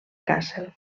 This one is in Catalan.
kassel